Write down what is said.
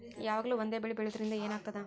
ಯಾವಾಗ್ಲೂ ಒಂದೇ ಬೆಳಿ ಬೆಳೆಯುವುದರಿಂದ ಏನ್ ಆಗ್ತದ?